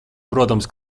protams